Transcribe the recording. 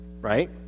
right